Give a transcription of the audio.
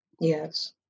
Yes